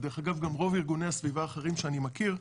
ודרך אגב גם רוב ארגוני הסביבה האחרים שאני מכיר,